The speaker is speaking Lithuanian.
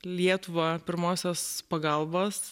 lietuvą pirmosios pagalbos